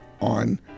on